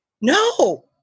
No